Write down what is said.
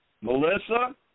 Melissa